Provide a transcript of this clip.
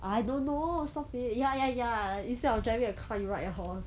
I don't know stop it ya ya ya instead of driving a car you ride a horse